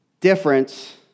difference